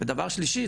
הדבר השלישי,